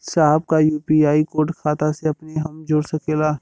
साहब का UPI code खाता से अपने हम जोड़ सकेला?